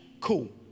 cool